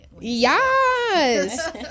yes